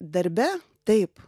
darbe taip